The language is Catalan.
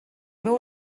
meu